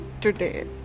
today